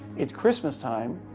it's christmastime.